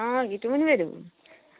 অঁ গীতুমণি বাইদেউ